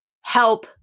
help